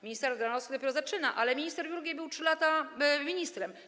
Minister Ardanowski dopiero zaczyna, ale minister Jurgiel był przez 3 lata ministrem.